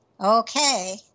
Okay